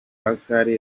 pascal